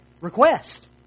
request